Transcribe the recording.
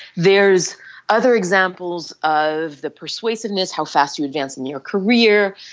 there is other examples of the persuasiveness, how fast you advance in your career,